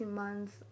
months